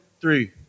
Three